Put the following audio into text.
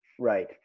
Right